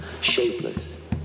shapeless